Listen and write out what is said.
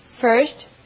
First